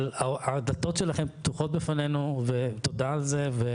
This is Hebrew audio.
אבל הדלתות שלכם פתוחות בפנינו תמיד ותודה על זה ואני מאוד שמח על זה.